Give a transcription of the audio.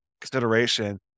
consideration